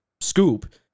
scoop